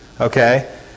Okay